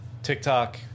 TikTok